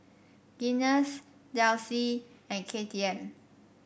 Guinness Delsey and K T M